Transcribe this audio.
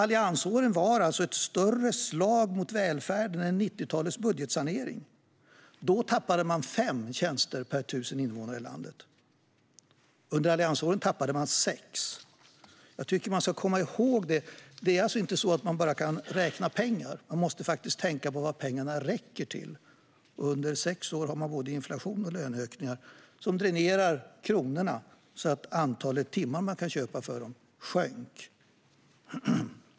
Alliansåren var alltså ett större slag mot välfärden än 90-talets budgetsanering. Då tappade man fem tjänster per tusen invånare i landet. Under alliansåren tappade man sex. Jag tycker att man ska komma ihåg det. Man kan inte bara räkna pengar, utan man måste tänka på vad pengarna räcker till. Under sex år har man både inflation och löneökningar som dränerar kronorna, vilket gör att antalet timmar man kan köpa för dem sjönk.